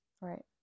Right